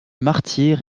martyrs